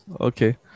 Okay